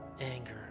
anger